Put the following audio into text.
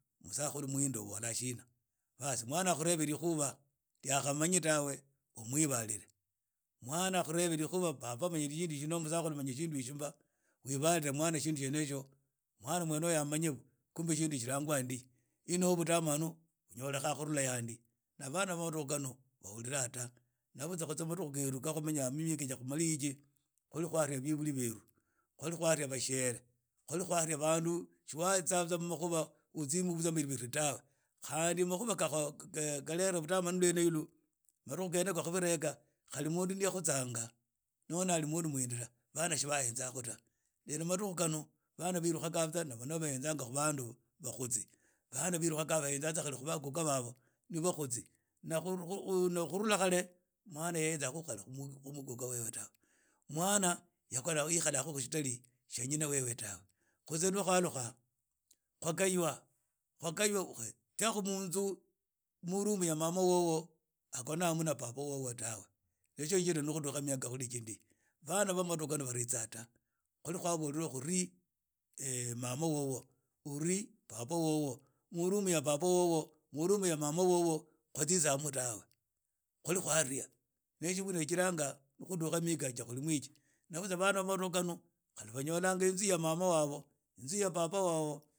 Musakhulu muhindira obola shina baas mwana akhurhebe rikhuba rya akhamanyi tawe umwivalile mwna akhurheve rikhuba baba manyi shindu shino tawe anoho musakhulu manyi shindu ishi mba webabrire shindu tsene hitsio mwana mwene uyu amanye khu shindu tsilangwa ndi inoho budamanu buturikha khurula hano nab ana ba madukhu khano si bahula yta lakini madukhu keru khuli kwali na bibuli beru khwari khwalia bashiere khwali khwalia bandu shu khwahetsatsa mu makhuba tawe khandi makhuwa kha lera budamanu lwene yilu mudukhu khene kha kwa bira yakha kha maduku kenemundu ni yakhutsanaga kahli ni yali mundu muhindira bana tsi bahenzakhu ta inu madukhu khano bana belukha tsa ni bahenzanga khu bandu bakhutsi bana bahenzatsa ku bakhukha babo bakhutsi na khurula khale mwana yahenza khu khu kuka wewe ta mwana yekhali khu sitali shengine wewe tawe khutse lwa khwalukha khwa khaywa tatsia khu munzu mu room ya mama wowo akona muna mama wowo ta isho shiajira khudukha miaka ban aba madukhu khano baritsa ta khwari khwakolwa khili mama wowo uli baba wow mu room ya baba wowo murumu ya mama wowo watsitsa mu dawe khwali khwalia nio ijiranga khudukha mu mihikhaja kurimu iji na butsa ban aba madukhu khano ubanyola munzu mwa mama wabo inzu ya baba wabo.